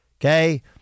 Okay